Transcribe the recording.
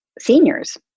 seniors